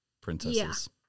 princesses